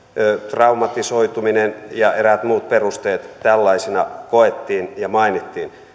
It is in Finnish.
traumatisoituminen ja eräät muut perusteet tällaisina koettiin ja mainittiin